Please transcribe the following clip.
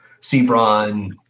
Sebron